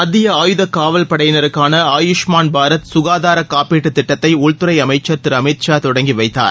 மத்திய ஆயுத காவல்படையினருக்கான ஆயுஷ்மாள் பாரத் சுகாதார காப்பீட்டு திட்டத்தை உள்துறை அமைச்சர் திரு அமித்ஷா தொடங்கிவைத்தார்